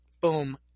boom